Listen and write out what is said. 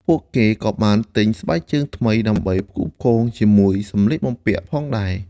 ពួកគេក៏បានទិញស្បែកជើងថ្មីដើម្បីផ្គូរផ្គងជាមួយសម្លៀកបំពាក់ផងដែរ។